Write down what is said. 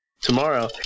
Tomorrow